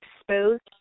exposed